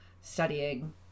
studying